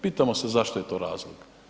Pitamo se zašto je to razlog?